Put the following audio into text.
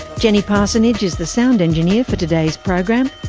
jenny parsonage is the sound engineer for today's program.